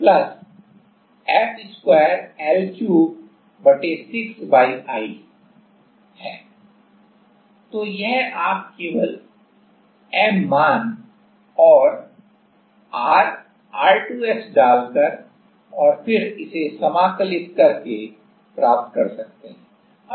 तो यह आप केवल M मान और r R2 x डालकर और इसे एकीकृत करके प्राप्त कर सकते हैं